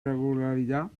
regularidad